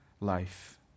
Life